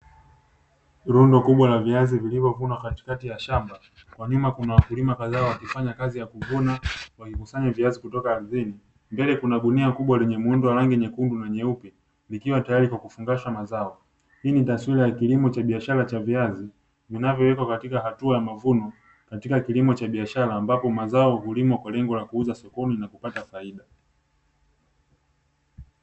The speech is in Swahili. Lundo kubwa la viazi vilivyovunwa katikati ya shamba, kwa nyuma kuna wakulima kadhaa wakifanya kazi ya kuvuna na kukusanya viazi kutoka ardhini, mbele kuna gunia kubwa lenye muundo wa rangi nyekundu na nyeupe likiwa tayari kwa kufungasha mazao, hii ni taswira ya kilimo cha biashara cha viazi vinavyowekwa katika hatua ya mavuno katika kilimo cha biashara ambapo mazao hulimwa kwa lengo la kuuzwa sokoni ili kupata faida.